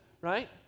right